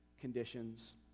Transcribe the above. conditions